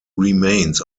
remains